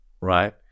right